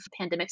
pandemics